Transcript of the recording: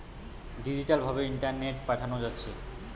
digital ভাবে ইন্টারনেটে পাঠানা যাচ্ছে